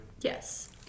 yes